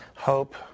Hope